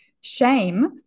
shame